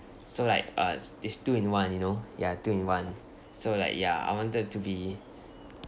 so like uh is is two in one you know ya two in one so like ya I wanted to be